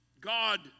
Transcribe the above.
God